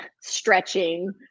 stretching